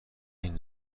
این